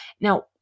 Now